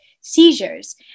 seizures